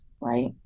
right